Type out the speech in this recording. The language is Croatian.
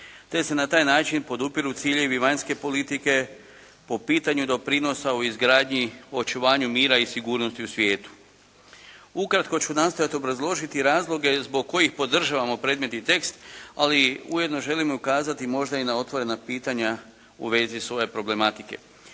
te se na taj način podupiru ciljevi vanjske politike po pitanju doprinosa u izgradnji u očuvanju mira i sigurnosti u svijetu. Ukratko ću nastojati obrazložiti razloge zbog kojih podržavamo predmetni tekst, ali ujedno želim ukazati možda i na otvorena pitanja u vezi s ove problematike.